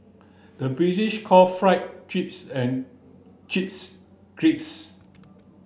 the British call fry chips and chips crisps